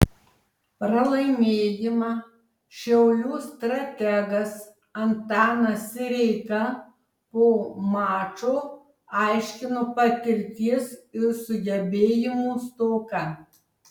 pralaimėjimą šiaulių strategas antanas sireika po mačo aiškino patirties ir sugebėjimų stoka